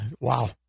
wow